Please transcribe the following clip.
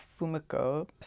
Fumiko